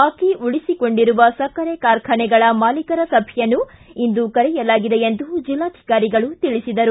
ಬಾಕಿ ಉಳಿಸಿಕೊಂಡಿರುವ ಸಕ್ಕರೆ ಕಾರ್ಖಾನೆಗಳ ಮಾಲೀಕರ ಸಭೆಯನ್ನು ಇಂದು ಕರೆಯಲಾಗಿದೆ ಎಂದು ಜೆಲ್ಲಾಧಿಕಾರಿಗಳು ತಿಳಿಸಿದರು